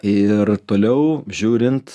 ir toliau žiūrint